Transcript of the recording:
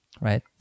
right